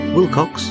Wilcox